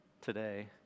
today